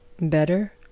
Better